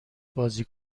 بازی